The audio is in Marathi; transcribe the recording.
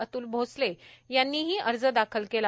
अत्ल भोसले यांनीही अर्ज दाखील केला